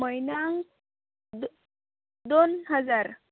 म्हयन्यांक दोन हजार